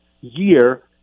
year